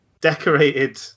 decorated